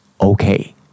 okay